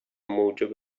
موجب